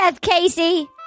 Casey